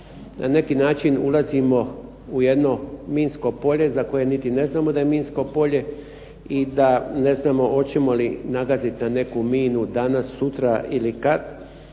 na neki način ulazimo u jedno minsko polje za koje niti ne znamo da je minsko polje i da ne znamo hoćemo li nagaziti na neku minu danas, sutra ili kad,